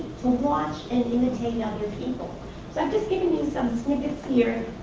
watch and imitate other people. so i'm just giving you some snippets here.